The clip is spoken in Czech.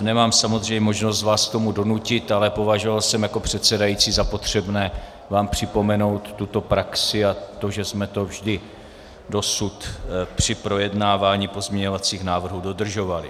Nemám samozřejmě možnost vás k tomu donutit, ale považoval jsem jako předsedající za potřebné vám připomenout tuto praxi a to, že jsme to vždy dosud při projednávání pozměňovacích návrhů dodržovali.